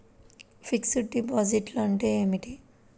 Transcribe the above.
Fixed డిపాజిట్లు అంటే ఏమిటి?